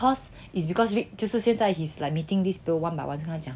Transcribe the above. because is because vick 就是现在 he is like meeting this people one by one 他讲